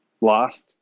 Lost